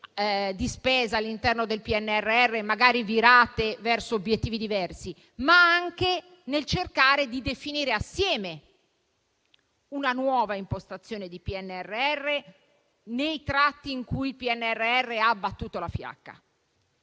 all'interno del PNRR, magari virate verso obiettivi diversi, ma anche nel cercare di definire assieme una nuova impostazione di PNRR, nei tratti in cui il PNRR ha battuto la fiacca.